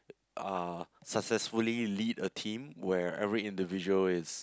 uh successfully lead a team where every individual is